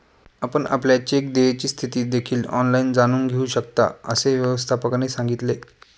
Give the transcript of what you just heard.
आपण आपल्या चेक देयची स्थिती देखील ऑनलाइन जाणून घेऊ शकता, असे व्यवस्थापकाने सांगितले